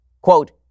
quote